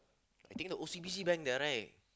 I think the O_C_B_C bank there right